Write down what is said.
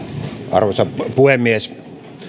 arvoisa puhemies